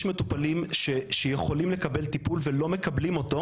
יש מטופלים שיכולים לקבל טיפול ולא מקבלים אותו,